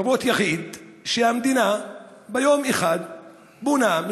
חוות יחיד שהמדינה ביום אחד בונה,